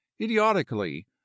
idiotically